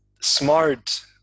smart